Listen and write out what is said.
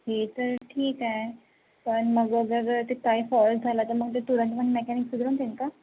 हे तर ठीक आहे पण मग काही फॉल्ट झाला तर मग ते तुरंत पण मेकॅनिक सुधारून देईल का